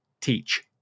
teach